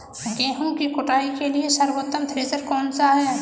गेहूँ की कुटाई के लिए सर्वोत्तम थ्रेसर कौनसा है?